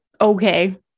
Okay